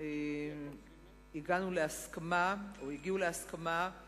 שהגענו להסכמה, או הגיעו להסכמה על